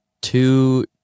two